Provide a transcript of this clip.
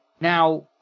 Now